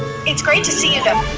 it's great to see you though.